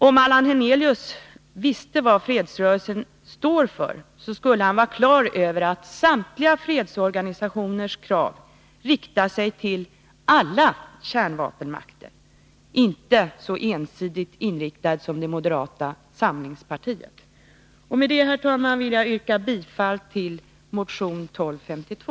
Om Allan Hernelius visste vad fredsrörelsen står för, skulle han vara klar över att samtliga fredsorganisationers krav riktar sig till alla kärnvapenmakter. Fredsrörelsen är inte så ensidigt inriktad som moderata samlingspartiet. Med det, herr talman, vill jag yrka bifall till motion 1252.